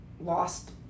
lost